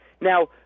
Now